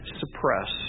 suppress